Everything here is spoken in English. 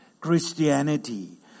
Christianity